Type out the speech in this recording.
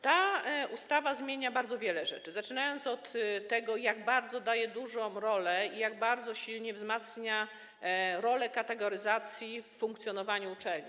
Ta ustawa zmienia bardzo wiele rzeczy, zaczynając od tego, jak bardzo dużą rolę przypisuje, jak bardzo silnie wzmacnia rolę kategoryzacji w funkcjonowaniu uczelni.